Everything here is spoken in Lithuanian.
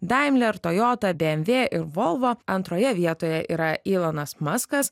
daimler toyota bmv ir volvo antroje vietoje yra elonas maskas